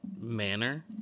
manner